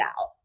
out